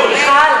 תעצרי את הדיון,